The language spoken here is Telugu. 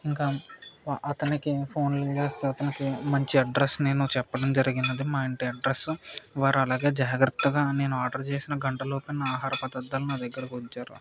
ఇంకా అతనికి ఫోన్లు చేస్తే అతనికి మంచి అడ్రస్ నేను చెప్పడం జరిగింది మా ఇంటి అడ్రస్ వారు అలాగే జాగ్రత్తగా నేను ఆర్డర్ చేసిన గంటలోపు నా ఆహార పదార్థాలు నా దగ్గర ఉంచారు